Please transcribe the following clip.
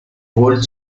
rôle